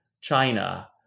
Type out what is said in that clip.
China